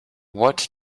what